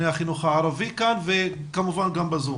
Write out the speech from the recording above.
החינוך הערבי שנוכחים כאן וכמובן גם ב-זום.